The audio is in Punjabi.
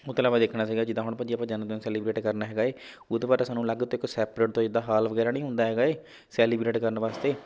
ਉਹ ਤੋਂ ਇਲਾਵਾ ਦੇਖਣਾ ਸੀਗਾ ਜਿੱਦਾਂ ਹੁਣ ਭਾਅ ਜੀ ਆਪਾਂ ਜਨਮਦਿਨ ਸੈਲੀਬ੍ਰੇਟ ਕਰਨਾ ਹੈਗਾ ਹੈ ਉਹਦੇ ਵਾਸਤੇ ਸਾਨੂੰ ਅਲੱਗ ਤੋਂ ਇੱਕ ਸੈਪਰੇਟ ਤੋਂ ਜਿੱਦਾਂ ਹਾਲ ਵਗੈਰਾ ਨਹੀਂ ਹੁੰਦਾ ਹੈਗਾ ਹੈ ਸੈਲੀਬ੍ਰੇਟ ਕਰਨ ਵਾਸਤੇ